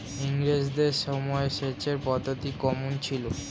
ইঙরেজদের সময় সেচের পদ্ধতি কমন ছিল?